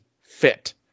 fit